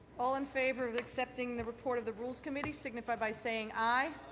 all in favor of accepting the report of the rules committee, signify by saying aye.